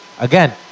Again